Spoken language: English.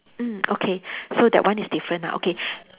mm okay so that one is different ah okay